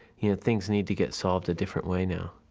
you know, things need to get solved a different way now.